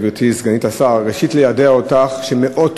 גברתי סגנית השר, ראשית, איידע אותך שמאות